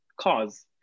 cause